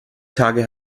tage